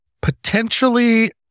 potentially